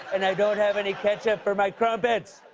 and i don't have any ketchup for my crumpets!